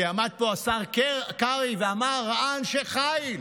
כי עמד פה השר קרעי ואמר שראה אנשי חיל,